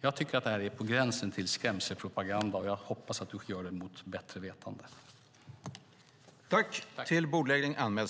Jag tycker att detta är på gränsen till skrämselpropaganda, och jag hoppas att du säger det mot bättre vetande.